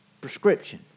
prescription